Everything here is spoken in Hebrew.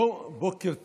בוקר טוב.